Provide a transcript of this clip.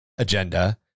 agenda